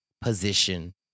position